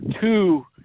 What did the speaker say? two